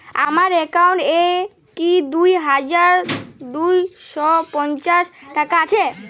আমার অ্যাকাউন্ট এ কি দুই হাজার দুই শ পঞ্চাশ টাকা আছে?